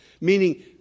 meaning